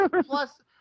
plus